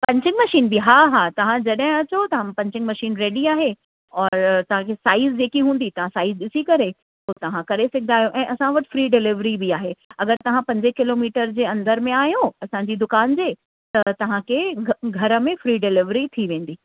punching machine बि हा हा तव्हां जॾहिं अचो तव्हां पंचिंग मशीन रैडी आहे और तव्हांखे साईज जेकी हूंदी तव्हां साईज़ ॾिसी करे पोइ तव्हां करे सघंदा आहियो ऐं असां वटि फ़्री डिलेवरी बि आहे अगरि तव्हां पंजे किलोमीटर जे अंदर में आयो असांजी दुक़ान जे त तव्हां खे ग घर में फ़्री डिलेवरि थी वेंदी